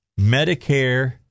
Medicare